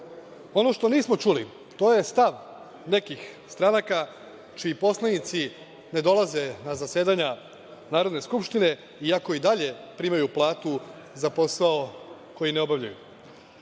što nismo čuli, to je stav nekih stranaka, čiji poslanici ne dolaze na zasedanja Narodne Skupštine, iako i dalje primaju platu za posao koji ne obavljaju.